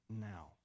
now